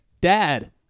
Dad